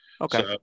Okay